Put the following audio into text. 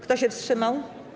Kto się wstrzymał?